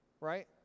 right